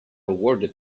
awarded